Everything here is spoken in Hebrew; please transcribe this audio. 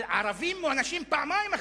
אבל ערבים מוענשים פעמיים.